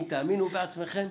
אם תאמינו בעצמכם,